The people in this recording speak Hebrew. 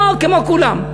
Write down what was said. או כמו כולם.